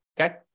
okay